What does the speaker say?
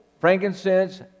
frankincense